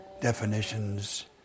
definitions